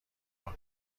پاک